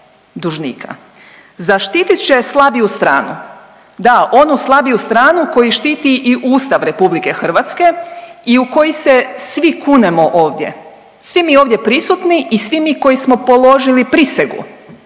dužnika, zaštitit će slabiju stranu, da onu slabiju stranu koju štiti i Ustav RH i u koji se svi kunemo ovdje, svi mi ovdje prisutni i svi mi koji smo položili prisegu